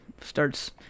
Starts